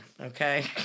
okay